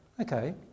okay